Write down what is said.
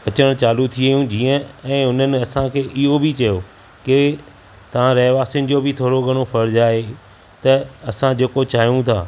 अचण चालू थी वयूं जीअं ऐं उननि असांखे इहो बि चयो कि तव्हां रहवासियुनि जो बि थोरो घणो फ़र्ज़ु आहे त असां जेको चाहियूं था